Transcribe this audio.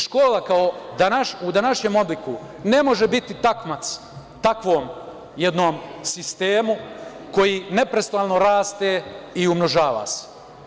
Škola u današnjem obliku ne može biti takmac takvom jednom sistemu koji neprestano raste i umnožava se.